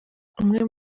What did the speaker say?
umwe